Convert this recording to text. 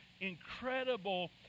incredible